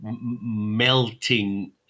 melting